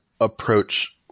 approach